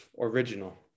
original